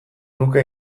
nuke